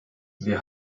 wir